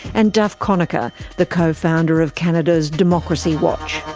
and duff conacher the co-founder of canada's democracy watch.